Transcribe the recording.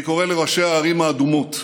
אני קורא לראשי הערים האדומות: